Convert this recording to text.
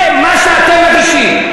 זה מה שאתם מגישים.